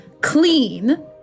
clean